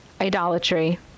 idolatry